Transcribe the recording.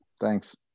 Thanks